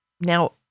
now